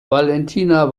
valentina